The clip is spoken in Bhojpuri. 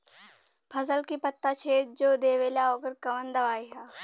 फसल के पत्ता छेद जो देवेला ओकर कवन दवाई ह?